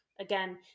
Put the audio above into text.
Again